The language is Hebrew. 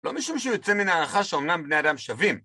לא משום שהוא יוצא מן ההנחה שאומנם בני אדם שווים.